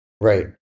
Right